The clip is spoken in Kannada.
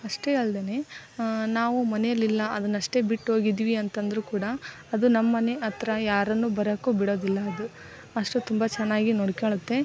ಅಷ್ಟೇ ಅಲ್ದೆನೆ ನಾವು ಮನೆಯಲ್ಲಿಲ್ಲ ಅದನ್ನಷ್ಟೇ ಬಿಟ್ಟೋಗಿದ್ವಿ ಅಂತಂದ್ರು ಕೂಡ ಅದು ನಮ್ಮನೆ ಹತ್ರ ಯಾರನ್ನು ಬರಾಕು ಬಿಡೋದಿಲ್ಲ ಅದು ಅಷ್ಟು ತುಂಬ ಚೆನ್ನಾಗಿ ನೋಡ್ಕೊಳುತ್ತೆ